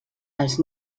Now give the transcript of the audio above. els